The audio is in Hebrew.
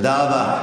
תודה רבה.